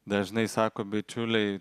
dažnai sako bičiuliai